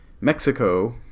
Mexico